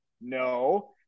No